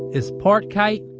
is part kite,